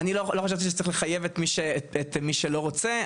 אני לא חשבתי שזה צריך לחייב את מי שלא רוצה,